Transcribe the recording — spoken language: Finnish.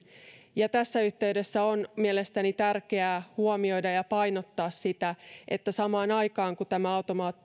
tässä yhteydessä on mielestäni tärkeää huomioida ja painottaa sitä että samaan aikaan kun tämä